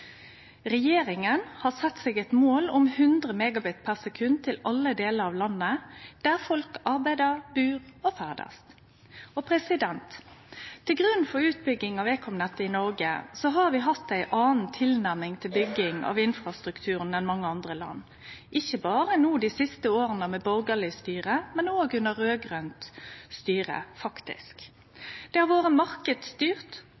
Regjeringa har sett seg eit mål om 100 Mbit/s til alle delar av landet der folk arbeider, bur og ferdast. Når det gjeld utbygging av ekomnettet i Noreg, har vi hatt ei anna tilnærming til bygginga av infrastrukturen enn mange andre land, ikkje berre dei siste åra, med borgarleg styre, men faktisk òg under raud-grønt styre. Det har vore marknadsstyrt, og